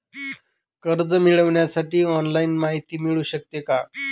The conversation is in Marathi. कर्ज मिळविण्यासाठी ऑनलाईन माहिती मिळू शकते का?